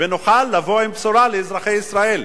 ונוכל לבוא עם בשורה לאזרחי ישראל.